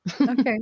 okay